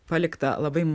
palikta labai